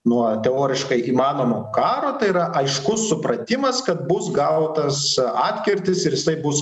nuo teoriškai įmanomo karo tai yra aiškus supratimas kad bus gautas atkirtis ir jisai bus